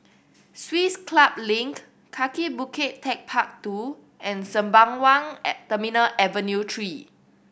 Swiss Club Link Kaki Bukit Techpark Two and Sembawang Terminal Avenue Three